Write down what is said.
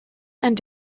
and